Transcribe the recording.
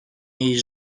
jej